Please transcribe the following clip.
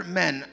men